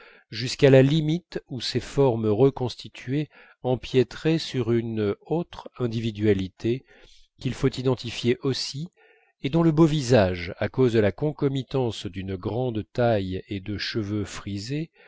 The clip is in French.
jusqu'à la limite où ces formes reconstituées empiéteraient sur une autre individualité qu'il faut identifier aussi et dont le beau visage à cause de la concomitance d'une grande taille et de cheveux frisés